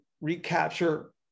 recapture